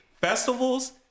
festivals